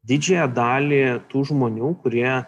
didžiąją dalį tų žmonių kurie